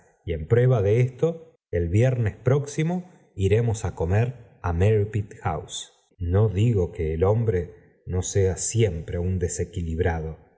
y en prueba de esto el viernes próximo iremos á comer á merripit house no digo que el hombre no sea siempre un desequilibrado